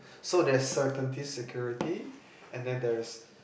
so there's certainty security and then there is